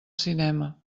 cinema